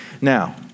Now